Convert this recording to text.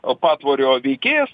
patvorio veikėjas